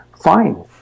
fine